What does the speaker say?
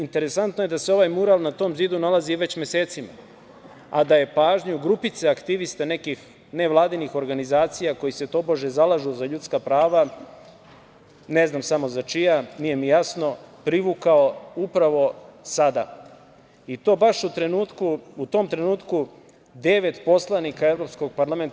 Interesantno je da se ovaj mural na tom zidu nalazi već mesecima, a da je pažnju grupice aktivista nekih nevladinih organizacija, koji se tobože zalažu za ljudska prava, ne zna samo za čija, nije mi jasno, privukao upravo sada i to baš u tom trenutku devet poslanika Evropskog parlamenta…